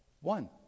One